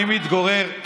אני מתגורר,